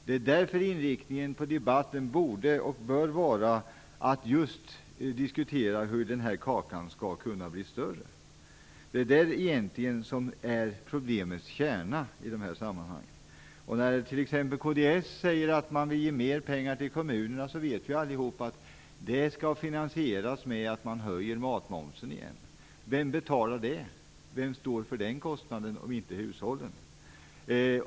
Det är därför inriktningen på debatten borde och bör vara att man diskuterar hur kakan skall kunna bli större. Det är problemets kärna i dessa sammanhang. När t.ex. kds säger att man vill ge mer pengar till kommunerna vet vi allihop att det kommer att finansieras med en höjning av matmomsen. Vem betalar detta? Vem står för den kostnaden, om inte hushållen?